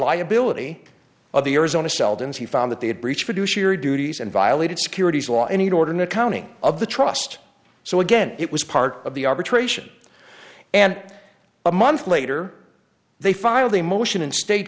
liability of the arizona seldon's he found that they had breached produce year duties and violated securities law and he ordered an accounting of the trust so again it was part of the arbitration and a month later they filed a motion in state